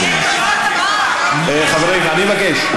אדוני השר, חברים, אני מבקש.